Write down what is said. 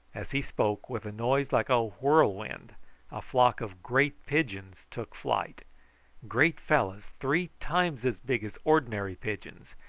as he spoke, with a noise like a whirlwind a flock of great pigeons took flight great fellows, three times as big as ordinary pigeons,